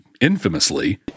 infamously